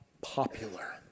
popular